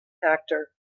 actor